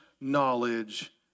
knowledge